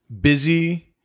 busy